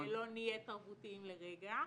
- -אם לא נהיה תרבותיים לרגע,